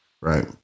right